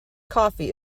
coffee